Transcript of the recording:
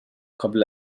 قبل